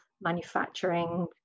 manufacturing